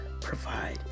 provide